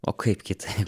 o kaip kitaip